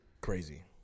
crazy